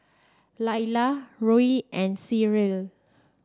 Layla Roe and Cyril